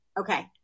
Okay